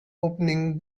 opening